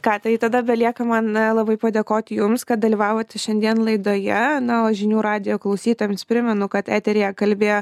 ką tai tada belieka man labai padėkoti jums kad dalyvavote šiandien laidoje na o žinių radijo klausytojams primenu kad eteryje kalbėjo